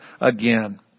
again